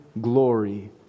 glory